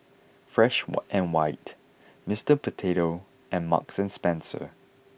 fresh water and white Mr Potato and Marks Spencer